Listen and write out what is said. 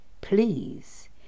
please